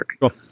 Cool